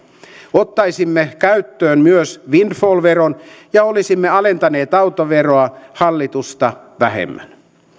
ottaisimme käyttöön myös windfall veron ja olisimme alentaneet autoveroa hallitusta vähemmän